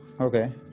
Okay